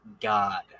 God